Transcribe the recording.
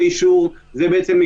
זה לא בדיוק נוהל.